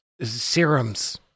serums